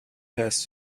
has